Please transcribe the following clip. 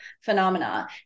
phenomena